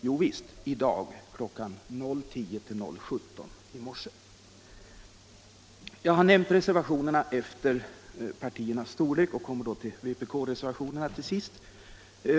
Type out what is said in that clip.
Jo visst, det var i dag — kl. 00.10-00.17 i morse! Jag har nämnt reservationerna efter partiernas storlek och kommer till vpk-reservationerna till sist.